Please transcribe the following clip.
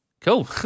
Cool